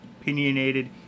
opinionated